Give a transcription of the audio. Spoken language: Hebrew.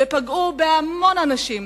ופגעו בהמון אנשים?